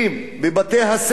בבתי-הספר,